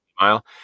mile